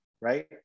right